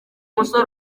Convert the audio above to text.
musore